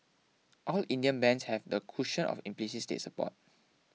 all Indian banks have the cushion of implicit state support